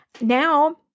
Now